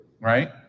Right